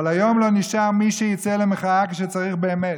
היום לא נשאר מי שיצא למחאה כשצריך באמת,